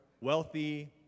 wealthy